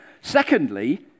Secondly